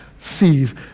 sees